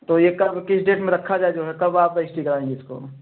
तो यह कब किस डेट में रखा जाए जो है कब आप रजिस्ट्री कराएँगे इसकी